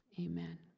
amen